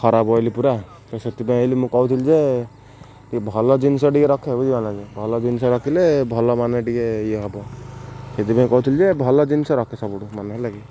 ଖରାପ ବୋଇଲେ ପୁରା ତ ସେଥିପାଇଁ କହିଲି ମୁଁ କହୁଥିଲି ଯେ ଟିକେ ଭଲ ଜିନିଷ ଟିକେ ରଖେ ବୁଝିବାନା ଯେ ଭଲ ଜିନିଷ ରଖିଲେ ଭଲ ମାନେ ଟିକେ ଇଏ ହବ ସେଥିପାଇଁ କହୁଥିଲେ ଯେ ଭଲ ଜିନିଷ ରଖେ ସବୁଠୁ ମାନେ ରଖେ